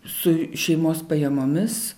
su šeimos pajamomis